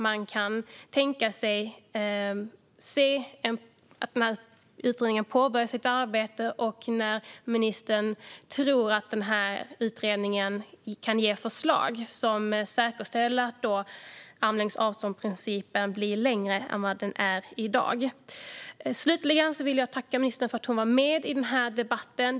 Men det vore bra att veta när utredningen ska påbörja sitt arbete och när ministern tror att utredningen kan ge förslag som säkerställer att armlängds avstånd blir längre än vad det är i dag. Slutligen vill jag tacka ministern för att hon var med i den här debatten.